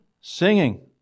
Singing